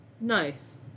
Nice